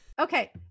Okay